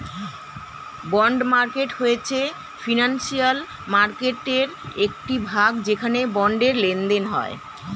bond market হয়েছে financial মার্কেটয়ের একটি ভাগ যেখানে বন্ডের লেনদেন হয়